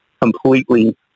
completely